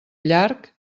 llarg